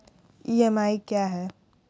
EMI क्या है?